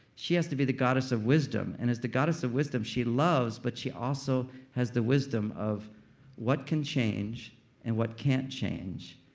she has to be the goddess of wisdom. and as the goddess of wisdom, she loves but she also has the wisdom of what can change and what can't change.